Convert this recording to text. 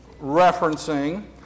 referencing